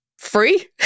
Free